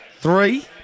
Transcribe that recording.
Three